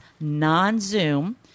non-zoom